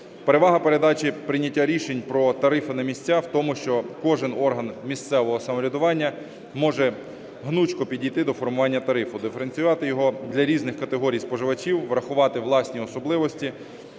Перевага передачі прийняття рішень про тарифи на місця в тому, що кожен орган місцевого самоврядування може гнучко підійти до формування тарифу, диференціювати його для різних категорій споживачів, врахувати власні особливості,